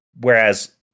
whereas